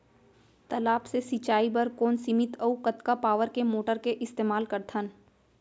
तालाब से सिंचाई बर कोन सीमित अऊ कतका पावर के मोटर के इस्तेमाल करथन?